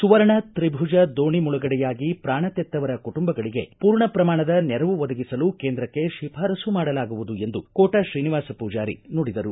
ಸುವರ್ಣ ತ್ರಿಭುಜ ದೋಣಿ ಮುಳುಗಡೆಯಾಗಿ ಪ್ರಾಣ ತೆತ್ತವರ ಕುಟುಂಬಗಳಿಗೆ ಪೂರ್ಣ ಪ್ರಮಾಣದ ನೆರವು ಒದಗಿಸಲು ಕೇಂದ್ರಕ್ಷೆ ಶಿಫಾರಸು ಮಾಡಲಾಗುವುದು ಎಂದು ಕೋಟ ಶ್ರೀನಿವಾಸ ಪೂಜಾರಿ ನುಡಿದರು